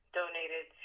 donated